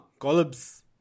Collabs